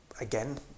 Again